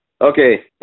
okay